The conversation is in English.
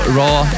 raw